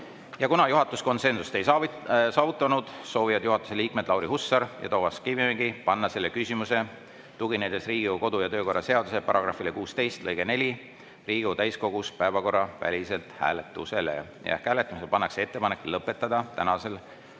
juhatus konsensust ei saavutanud, soovivad juhatuse liikmed Lauri Hussar ja Toomas Kivimägi panna selle küsimuse, tuginedes Riigikogu kodu‑ ja töökorra seaduse § 16 lõikele 4, Riigikogu täiskogus päevakorraväliselt hääletusele. Ehk hääletamisele pannakse ettepanek lõpetada tänasel,